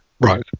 Right